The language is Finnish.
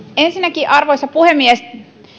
ensinnäkin arvoisa puhemies